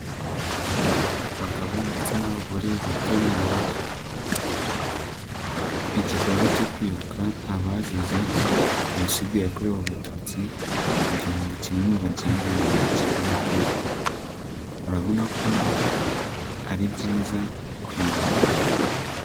abagabo ndetse n'abagore bitabiriye igikorwa cyo kwibuka abazize jenoside yakorewe abatutsi, mu gihumbi kimwe magana kenda mirongo kenda na kane. Urabona ko ari byiza kwibuka.